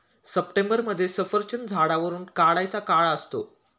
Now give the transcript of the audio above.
सप्टेंबरमध्ये सफरचंद झाडावरुन काढायचा काळ असतो